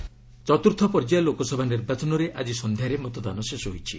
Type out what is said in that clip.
polling ଚତ୍ରର୍ଥ ପର୍ଯ୍ୟାୟ ଲୋକସଭା ନିର୍ବାଚନରେ ଆଜି ସନ୍ଧ୍ୟାରେ ମତଦାନ ଶେଷ ହୋଇଛି